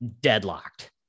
deadlocked